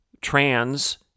trans